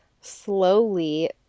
slowly